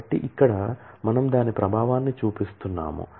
కాబట్టి ఇక్కడ మనం దాని ప్రభావాన్ని చూపిస్తున్నాము